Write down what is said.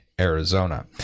arizona